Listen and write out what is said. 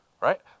right